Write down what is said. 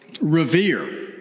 revere